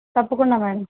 తప్పకుండా మేడం